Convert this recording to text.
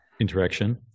interaction